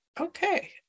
okay